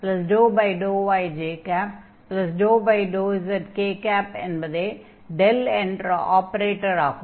∂xi∂yj∂zk என்பதே என்ற ஆபரேட்டர் ஆகும்